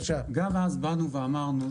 גם אז אמרנו,